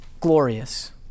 Glorious